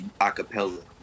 acapella